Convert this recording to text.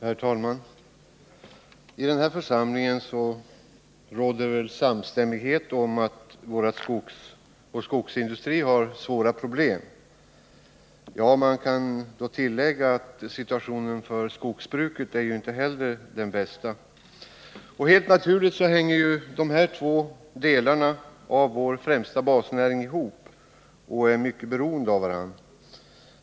Herr talman! I den här församlingen råder det väl samstämmighet om att vår skogsindustri har svåra problem. Ja, man kan tillägga att situationen för skogsbruket inte heller är den bästa. Helt naturligt hänger de här två delarna av vår främsta basnäring ihop och är mycket beroende av varandra.